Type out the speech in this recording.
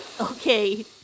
Okay